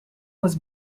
was